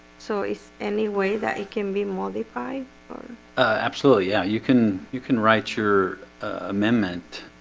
so it's any way that it can be modified absolutely, yeah you can you can write your amendment,